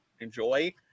enjoy